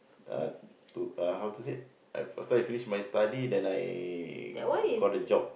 uh to uh how to say af~ after I finish my study then I got a job